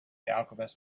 alchemist